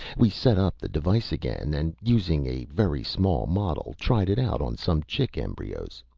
we set up the device again and using a very small model, tried it out on some chick embryos.